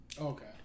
Okay